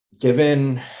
given